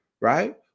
right